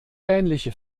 ähnliche